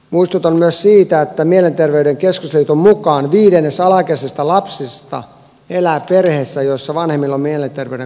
muistutan myös siitä että mielenterveyden keskusliiton mukaan viidennes alaikäisistä lapsista elää perheessä jossa vanhemmilla on mielenterveyden kanssa ongelmia